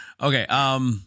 Okay